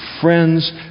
friends